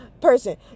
person